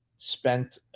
spent